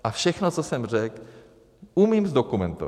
A všechno, co jsem řekl, umím zdokumentovat.